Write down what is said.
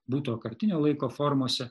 būtojo kartinio laiko formose